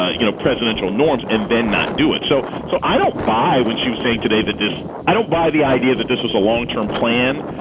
ah you know, presidential norms and then not do it. so so i don't buy when she was saying today that this i don't buy the idea that this was a long term plan.